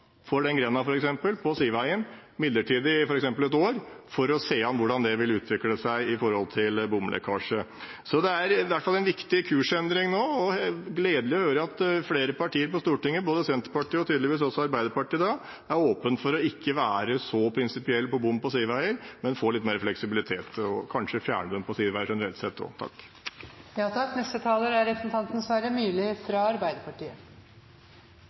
for den grenda på sideveien, midlertidig, f.eks. for ett år, for å se an hvordan det vil utvikle seg med hensyn til bomlekkasje. Så det er i hvert fall en viktig kursendring nå. Og det er gledelig å høre at flere partier på Stortinget, både Senterpartiet og tydeligvis også Arbeiderpartiet, er åpne for ikke å være så prinsipielle på bom på sideveier, men vil ha litt mer fleksibilitet og kanskje fjerne dem på sideveier generelt sett også. Siste taler sa at det var representanten